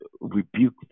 rebuke